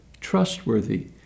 trustworthy